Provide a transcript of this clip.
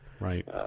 Right